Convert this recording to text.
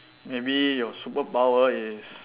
maybe your superpower is